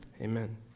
Amen